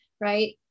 right